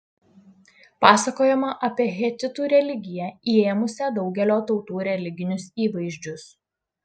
pasakojama apie hetitų religiją įėmusią daugelio tautų religinius įvaizdžius